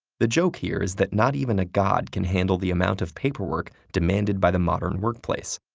the joke here is that not even a god can handle the amount of paperwork demanded by the modern workplace.